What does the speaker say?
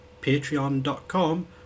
patreon.com